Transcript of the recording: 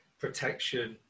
protection